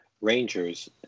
Rangers